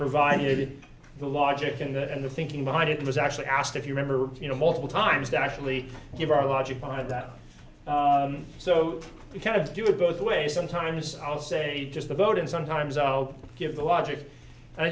provided the logic and the thinking behind it was actually asked if you remember you know multiple times to actually give our logic behind that so we kind of do it both ways sometimes i'll say just the voting sometimes i'll give the logic and i